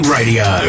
Radio